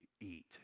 Eat